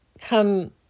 come